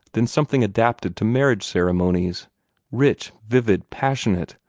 then something adapted to marriage ceremonies rich, vivid, passionate,